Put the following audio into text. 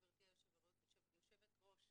גברתי יושבת הראש,